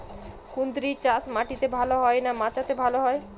কুঁদরি চাষ মাটিতে ভালো হয় না মাচাতে ভালো হয়?